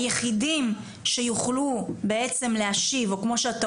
היחידים שיוכלו בעצם להשיב או כמו שאתה